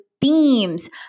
themes